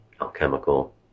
alchemical